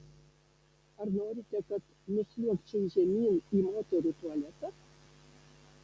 ar norite kad nusliuogčiau žemyn į moterų tualetą